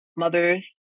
mothers